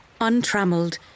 untrammeled